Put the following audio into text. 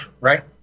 right